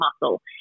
muscle